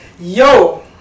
Yo